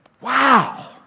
Wow